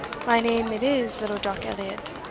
my name it is little jock elliot,